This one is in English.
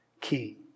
key